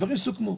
הדברים סוכמו.